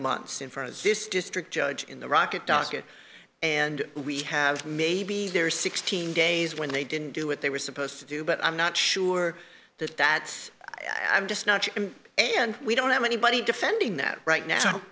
months in front of this district judge in the rocket docket and we have maybe there's sixteen days when they didn't do what they were supposed to do but i'm not sure that that's i'm just not and we don't have anybody defending that right now